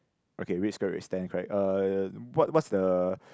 okay red square red stand correct uh what what's the